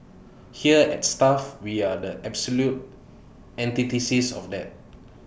here at stuff we are the absolute antithesis of that